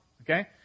Okay